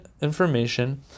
information